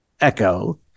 Echo